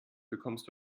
bekommst